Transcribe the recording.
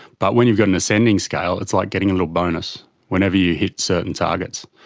but when you've got an ascending scale it's like getting a little bonus whenever you hit certain targets.